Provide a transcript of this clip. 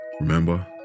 remember